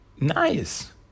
nice